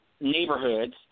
neighborhoods